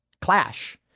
clash